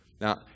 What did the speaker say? Now